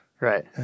Right